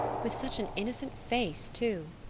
with such an innocent face, too!